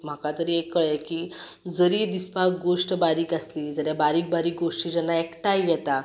म्हाका तरी एक कळ्ळें की जरी दिसपाक गोश्ट बारीक आसली जाल्या बारीक बारीक गोश्टी जेन्ना एकठांय येता